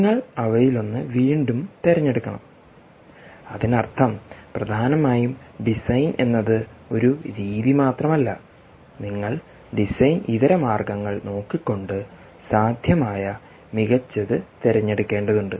നിങ്ങൾ അവയിലൊന്ന് വീണ്ടും തിരഞ്ഞെടുക്കണം അതിനർത്ഥം പ്രധാനമായും ഡിസൈൻ എന്നത് ഒരു രീതി മാത്രമല്ല നിങ്ങൾ ഡിസൈൻ ഇതരമാർഗ്ഗങ്ങൾ നോക്കിക്കൊണ്ട് സാധ്യമായ മികച്ചത് തിരഞ്ഞെടുക്കേണ്ടതുണ്ട്